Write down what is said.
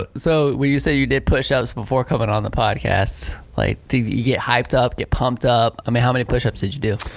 ah so when you say you did push ups before coming on the podcast. like to get hyped up, pumped up. i mean how many push ups did you do?